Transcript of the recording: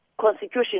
constitution